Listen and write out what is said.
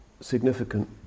significant